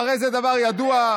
הרי זה דבר ידוע,